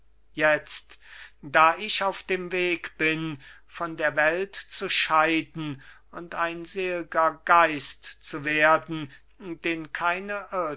jetzt da ich auf dem wege bin von der welt zu scheiden und ein sel'ger geist zu werden den keine